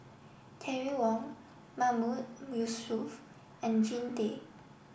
Terry Wong Mahmood Yusof and Jean Tay